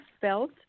felt